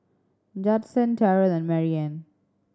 Judson Terrell and Marianne